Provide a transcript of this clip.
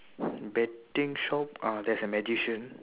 betting shop uh there's a magician